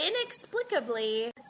inexplicably